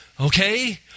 okay